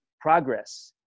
progress